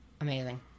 Amazing